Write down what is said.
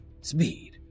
Speed